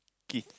kids